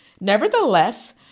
Nevertheless